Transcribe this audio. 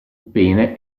pene